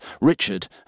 Richard